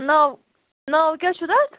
ناو ناو کیٛاہ چھُ تَتھ